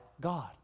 God